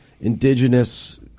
indigenous